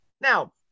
Now